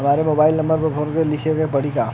हमरो mobile number form पर लिखे के पड़ी का?